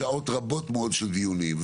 ושעות רבות מאוד של דיונים,